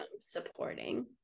supporting